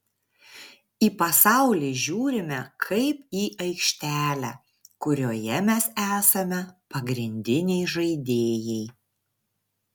į pasaulį žiūrime kaip į aikštelę kurioje mes esame pagrindiniai žaidėjai